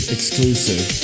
Exclusive